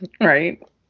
Right